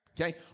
Okay